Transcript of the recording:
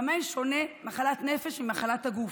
במה שונה מחלת נפש ממחלת הגוף,